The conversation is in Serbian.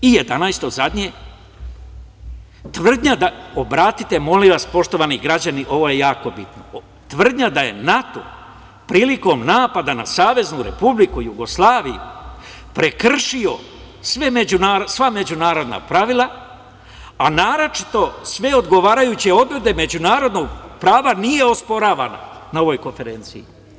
I jedanaesto zadnje – obratite molim vas poštovani građani ovo je jako bitno – tvrdnja da je NATO prilikom napada na Saveznu Republiku Jugoslaviju prekršio sva međunarodna pravila, a naročito sve odgovarajuće odredbe međunarodnog prava nije osporavana na ovoj konferenciji.